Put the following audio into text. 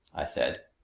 i said,